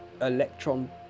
electron